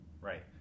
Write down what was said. Right